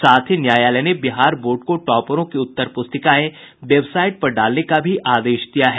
साथ ही न्यायालय ने बिहार बोर्ड को टॉपरों की उत्तर पुस्तिकाएं वेबसाईट पर डालने का भी आदेश दिया है